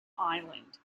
island